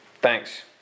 Thanks